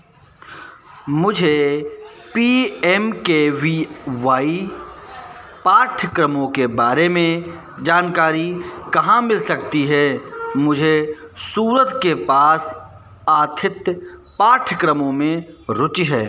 मुझे P M K V Y पाठ्यक्रमों के बारे में जानकारी कहाँ मिल सकती है मुझे सूरत के पास आथित्य पाठ्यक्रमों में रुचि है